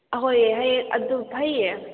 ꯑꯍꯣꯏ ꯑꯗꯨ ꯐꯩꯑꯦ